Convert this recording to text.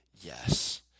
Yes